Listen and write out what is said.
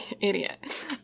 idiot